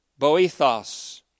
Boethos